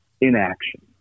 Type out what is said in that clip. inaction